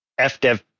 FDev